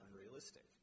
unrealistic